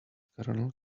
kernel